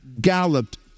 galloped